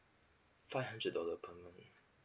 five hundred dollar per month